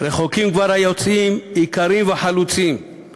רחוקים כבר היוצאים / איכרים וחלוצים /